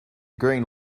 green